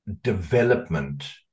development